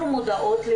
אנחנו מודעות,